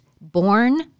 Born